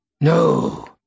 No